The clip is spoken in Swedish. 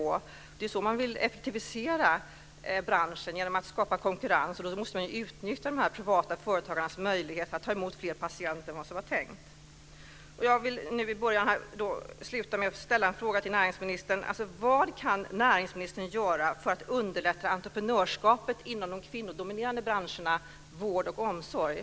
Om man vill effektivisera branschen genom att skapa konkurrens måste man utnyttja de privata företagarnas möjligheter att ta emot fler patienter än vad som från början var tänkt.